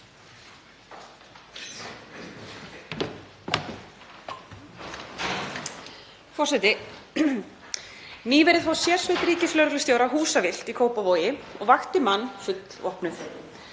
Forseti. Nýverið fór sérsveit ríkislögreglustjóra húsavillt í Kópavogi og vakti mann fullvopnuð.